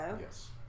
Yes